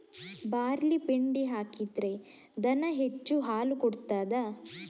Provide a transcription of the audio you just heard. Barley ಪಿಂಡಿ ಹಾಕಿದ್ರೆ ದನ ಹೆಚ್ಚು ಹಾಲು ಕೊಡ್ತಾದ?